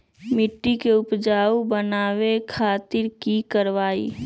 मिट्टी के उपजाऊ बनावे खातिर की करवाई?